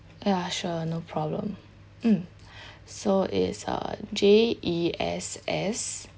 ya sure no problem mm so it's uh J E S S